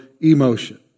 emotion